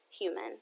human